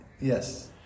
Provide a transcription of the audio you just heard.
Yes